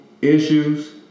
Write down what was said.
Issues